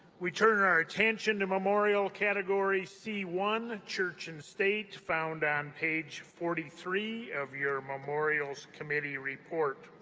we turn our attention to memorial category c one church and state, found on page forty three of your memorials committee report.